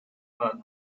are